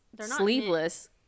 sleeveless